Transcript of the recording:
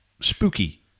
spooky